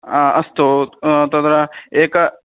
अ अस्तु तत्र एकम्